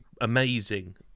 amazing